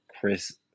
Chris